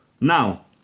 Now